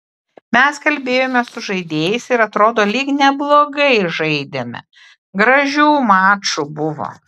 mes kalbėjomės su žaidėjais ir atrodo lyg neblogai žaidėme gražių mačų buvo